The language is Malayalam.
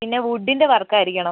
പിന്നെ വുഡിൻ്റെ വർക്കായിരിക്കണം